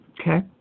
Okay